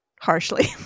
harshly